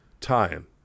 time